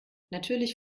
natürlich